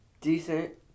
decent